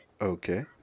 Okay